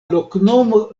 loknomo